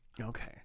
Okay